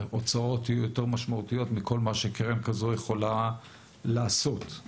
ההוצאות יהיו משמעותיות יותר מאשר כל קרן כזאת יכולה לעשות.